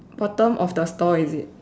bottom of the store is it